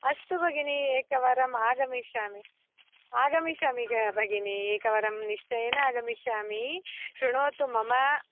अस्तु भगिनि एकवारम् आगमिष्यामि आगमिष्यामि ग भगिनि एकवारं निश्चयेन आगमिष्यामि शृणोतु मम